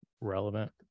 relevant